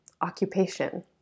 occupation